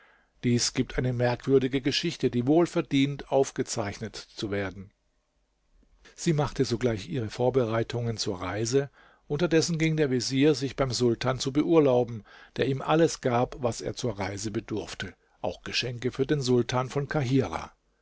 dies gibt eine merkwürdige geschichte die wohl verdient aufgezeichnet zu werden sie machte sogleich ihre vorbereitungen zur reise unterdessen ging der vezier sich beim sultan zu beurlauben der ihm alles gab was er zur reise bedurfte auch geschenke für den sultan von